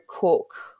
cook